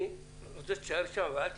אני רוצה שתישאר שם ואל תקפוץ.